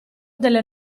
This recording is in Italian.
delle